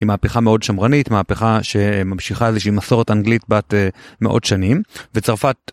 היא מהפכה מאוד שמרנית, מהפכה שממשיכה איזושהי מסורת אנגלית בת מאות שנים וצרפת.